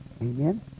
Amen